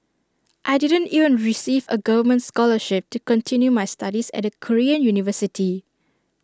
I didn't even receive A government scholarship to continue my studies at A Korean university